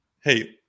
Hey